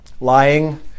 lying